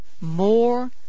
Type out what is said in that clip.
more